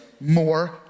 more